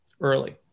early